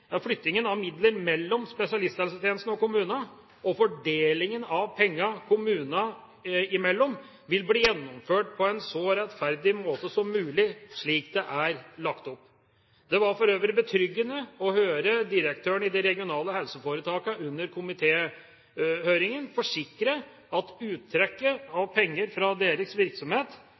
flyttingen av midler mellom spesialisthelsetjenesten og kommunene og fordelingen av pengene kommunene imellom vil bli gjennomført på en så rettferdig måte som mulig, slik det er lagt opp. Det var for øvrig betryggende å høre direktørene i de regionale helseforetakene under komitéhøringen forsikre at uttrekket av penger fra deres virksomhet